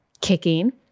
kicking